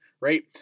right